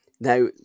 Now